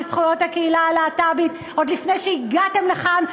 זכויות הקהילה הלהט"בית עוד לפני שהגעתם לכאן,